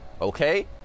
Okay